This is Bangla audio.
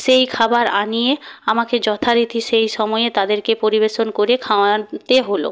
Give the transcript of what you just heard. সেই খাবার আনিয়ে আমাকে যথারীতি সেই সময়ে তাদেরকে পরিবেশন করে খাওয়াতে হল